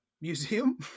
museum